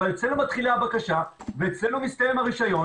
אבל אצלנו מתחילה הבקשה ואצלנו מסתיים הרישיון